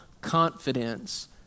confidence